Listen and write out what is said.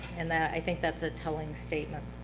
and i think that's a telling statement.